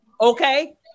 Okay